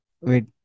wait